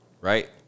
right